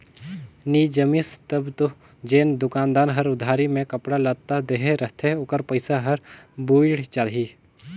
नी जमिस तब दो जेन दोकानदार हर उधारी में कपड़ा लत्ता देहे रहथे ओकर पइसा हर बुइड़ जाही